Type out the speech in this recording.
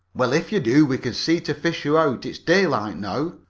well, if you do we can see to fish you out. it's daylight now.